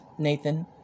Nathan